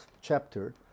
chapter